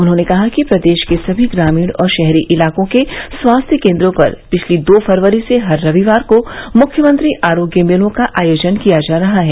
उन्होंने कहा कि प्रदेश के समी ग्रामीण और शहरी इलाकों के स्वास्थ्य केन्द्रों पर पिछली दो फरवरी से हर रविवार को मुख्यमंत्री आरोग्य मेलों का आयोजन किया जा रहा है